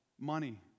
money